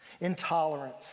Intolerance